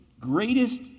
greatest